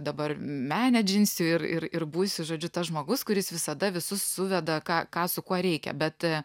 dabar menedžinsiu ir ir ir būsiu žodžiu tas žmogus kuris visada visus suveda ką ką su kuo reikia bet